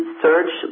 search